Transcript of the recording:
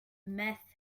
meth